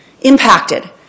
impacted